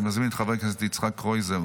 אני מזמין את חבר הכנסת יצחק קרויזר,